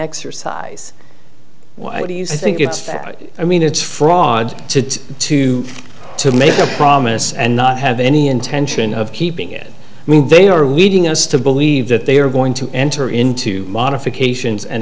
you think it's i mean it's fraud to to to make a promise and not have any intention of keeping it mean they are leading us to believe that they are going to enter into modifications an